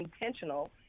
intentional